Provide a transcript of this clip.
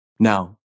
Now